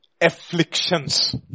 afflictions